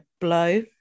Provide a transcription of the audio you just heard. blow